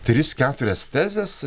tris keturias tezes